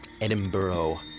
edinburgh